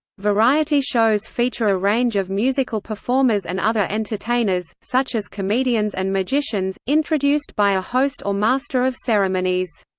variety shows feature a range of musical performers and other entertainers, such as comedians and magicians, introduced by a host or master of ceremonies.